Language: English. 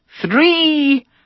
three